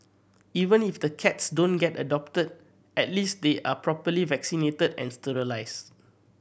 even if the cats don't get adopted at least they are properly vaccinated and sterilise